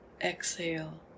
exhale